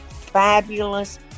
fabulous